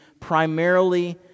primarily